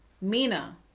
mina